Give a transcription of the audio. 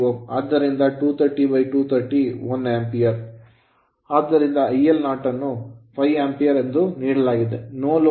ಆದ್ದರಿಂದ IL0 ಅನ್ನು 5 Ampere ampere ಎಂದು ನೀಡಲಾಗಿದೆ no load ನೋಲೋಡ್ ಲ್ಲಿ